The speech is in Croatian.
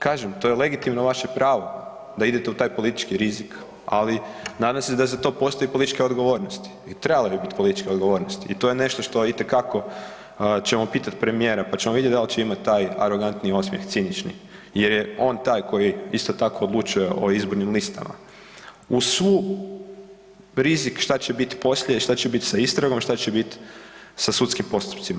Kažem, to je legitimno vaše pravo da idete u taj politički rizik, ali nadam se da za to postoji političke odgovornosti i trebalo bi bit političke odgovornosti i to je nešto što itekako ćemo pitat premijera, pa ćemo vidjet dal će imat taj arogantni osmjeh, cinični jer je on taj koji isto tako odlučuje o izbornim listama uz svu rizik šta će bit poslije, šta će bit sa istragom, šta će bit sa sudskim postupcima.